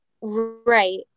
right